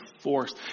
force